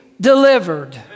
delivered